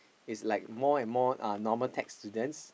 is like more and more normal tech students